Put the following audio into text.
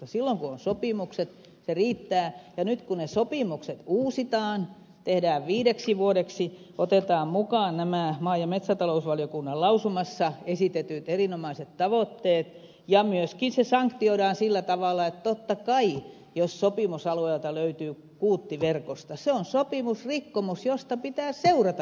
silloin kun on sopimukset se riittää ja nyt kun ne sopimukset uusitaan tehdään viideksi vuodeksi otetaan mukaan nämä maa ja metsätalousvaliokunnan lausumassa esitetyt erinomaiset tavoitteet ja myöskin se sanktioidaan sillä tavalla että totta kai jos sopimusalueelta löytyy kuutti verkosta se on sopimusrikkomus josta pitää seurata jotakin